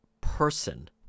person